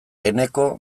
eneko